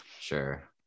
sure